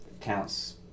counts